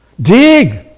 Dig